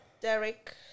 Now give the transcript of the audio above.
Derek